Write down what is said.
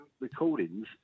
recordings